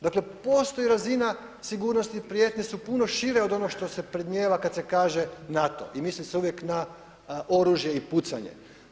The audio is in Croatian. Dakle, postoji razina sigurnosti, prijetnje su puno šire od onog što se predmijeva kad se kaže NATO i misli se uvijek na oružje i pucanje.